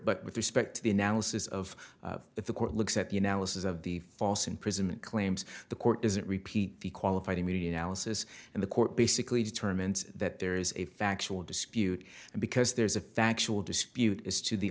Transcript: but with respect to the analysis of the court looks at the analysis of the false imprisonment claims the court doesn't repeat the qualified immunity analysis and the court basically determines that there is a factual dispute and because there's a factual dispute as to the